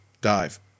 Dive